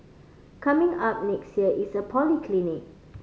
coming up next year is a polyclinic